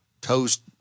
toast